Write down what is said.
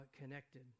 connected